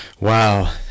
Wow